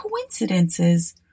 coincidences